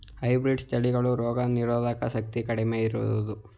Hybrid ತಳಿಗಳಲ್ಲಿ ರೋಗನಿರೋಧಕ ಶಕ್ತಿ ಕಡಿಮೆ ಇರುವುದೇ?